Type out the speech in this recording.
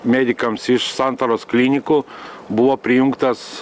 medikams iš santaros klinikų buvo prijungtas